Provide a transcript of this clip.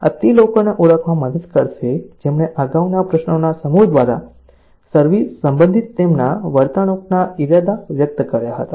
આ તે લોકોને ઓળખવામાં મદદ કરશે જેમણે અગાઉના પ્રશ્નોના સમૂહ દ્વારા સર્વિસ સંબંધિત તેમના વર્તણૂંકના ઇરાદા વ્યક્ત કર્યા હતા